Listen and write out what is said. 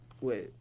Wait